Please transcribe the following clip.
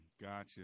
Gotcha